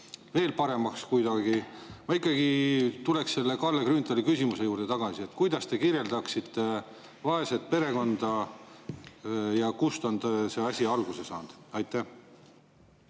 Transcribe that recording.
veel paremaks. Ma ikkagi tuleks selle Kalle Grünthali küsimuse juurde tagasi: kuidas te kirjeldaksite vaest perekonda ja kust on see asi alguse saanud? Aitäh,